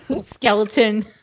Skeleton